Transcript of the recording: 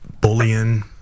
bullying